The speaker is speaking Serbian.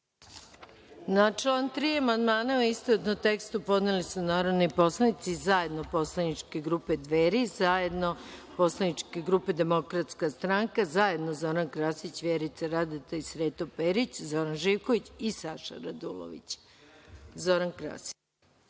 Na član 3. amandmane, u istovetnom tekstu, podneli su narodni poslanici zajedno Poslaničke grupe Dveri, zajedno Poslaničke grupe DS i zajedno Zoran Krasić, Vjerica Radeta i Sreto Perić, Zoran Živković i Saša Radulović. Reč